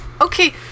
okay